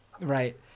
right